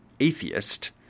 atheist